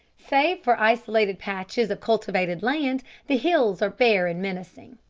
save for isolated patches of cultivated land, the hills are bare and menacing.